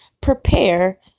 prepare